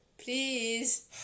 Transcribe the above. please